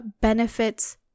benefits